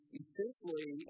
essentially